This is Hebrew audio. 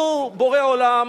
הוא בורא עולם,